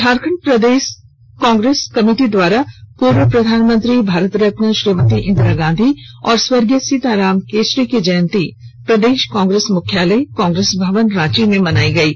झारखण्ड प्रदेश कांग्रेस कमिटी द्वारा पूर्व प्रधानमंत्री भारत रत्न श्रीमती इन्दिरा गांधी और स्वर्गीय सीताराम केशरी की जयन्ती प्रदेश कांग्रेस मुख्यालय कांग्रेस भवन रॉची में मनाई गयी